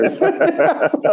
Yes